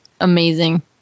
amazing